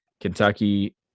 Kentucky